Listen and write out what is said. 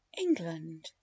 england